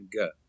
go